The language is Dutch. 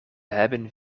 hebben